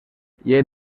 llei